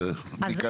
אז רגע,